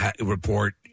report